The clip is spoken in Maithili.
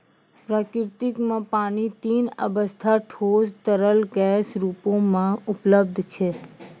प्रकृति म पानी तीन अबस्था ठोस, तरल, गैस रूपो म उपलब्ध छै